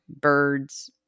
birds